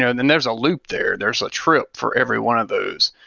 and then there's a loop there. there's a trip for every one of those.